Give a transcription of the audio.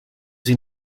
sie